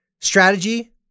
Strategy